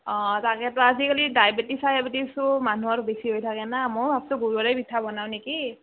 অঁ তাকেতো আজিকালি ডাইবেটিকচ টাইবেটিকচো মানুহৰ বেছি হৈ থাকে না মোৰ ভাবছোঁ গুৰৰে পিঠা বনাও নেকি